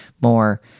more